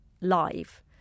live